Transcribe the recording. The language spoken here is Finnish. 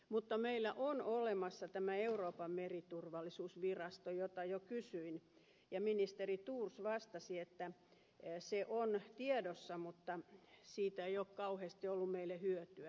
mutta meillä on olemassa tämä euroopan meriturvallisuusvirasto josta jo kysyin ja ministeri thors vastasi että se on tiedossa mutta siitä ei ole kauheasti ollut meille hyötyä